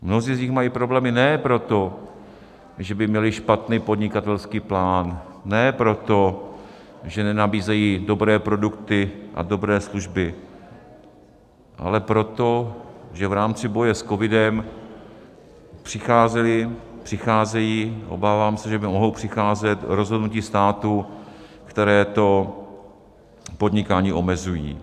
Mnozí z nich mají problémy ne proto, že by měli špatný podnikatelský plán, ne proto, že nenabízejí dobré produkty a dobré služby, ale proto, že v rámci boje s covidem přicházeli, přicházejí, obávám se, že by mohli přicházet rozhodnutím státu, které to podnikání omezují.